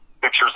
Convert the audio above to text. pictures